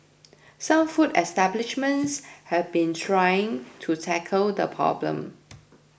some food establishments have been trying to tackle the problem